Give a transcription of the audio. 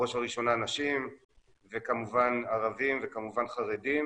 בראש ובראשונה נשים וכמובן ערבים וכמובן חרדים,